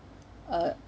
uh